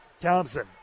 Thompson